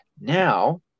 Now